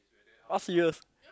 !huh! serious